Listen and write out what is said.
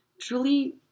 truly